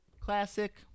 classic